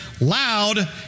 loud